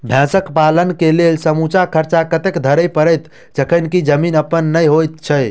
भैंसक पालन केँ लेल समूचा खर्चा कतेक धरि पड़त? जखन की जमीन अप्पन नै होइत छी